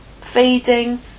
feeding